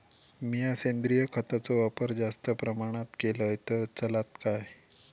मीया सेंद्रिय खताचो वापर जास्त प्रमाणात केलय तर चलात काय?